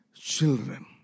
children